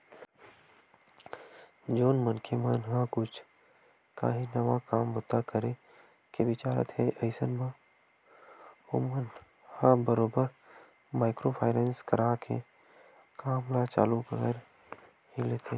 जउन मनखे मन ह कुछ काही नवा काम बूता करे के बिचारत हे अइसन म ओमन ह बरोबर माइक्रो फायनेंस करा के काम ल चालू कर ही लेथे